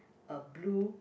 a blue